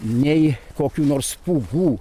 nei kokių nors pūgų